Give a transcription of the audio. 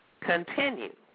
continue